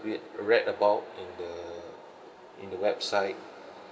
read read about in the in the website